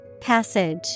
Passage